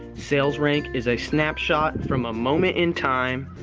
sales rank is a snapshot from a moment in time.